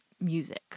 music